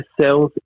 cells